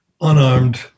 unarmed